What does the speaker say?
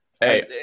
Hey